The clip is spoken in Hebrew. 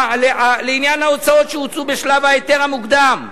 לעניין ההוצאות שהוצאו בשלב ההיתר המוקדם,